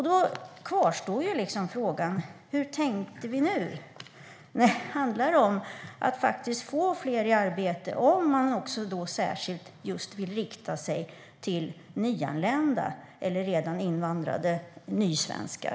Då kvarstår frågan hur man tänkte nu när det handlar om att få fler i arbete, om man vill rikta sig särskilt till nyanlända eller redan invandrade nysvenskar.